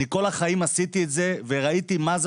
אני כל החיים עשיתי את זה וראיתי מה זה